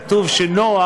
כתוב שנח